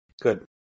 Good